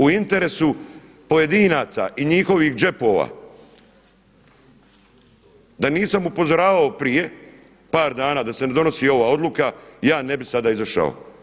U interesu pojedinaca i njihovih džepova, da nisam upozoravao prije par dana da se ne donosi ova odluka ja ne bih sada izašao.